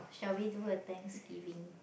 shall we do a Thanksgiving